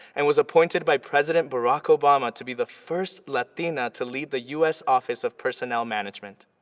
and was appointed by president barack obama to be the first latina to lead the u s. office of personnel management.